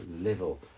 level